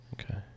Okay